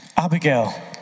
Abigail